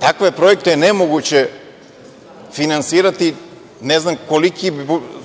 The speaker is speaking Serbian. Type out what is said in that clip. Takve projekte je nemoguće finansirati, ne znam koliki